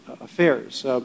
affairs